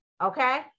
okay